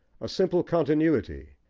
a simple continuity,